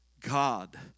God